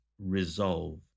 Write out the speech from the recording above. resolve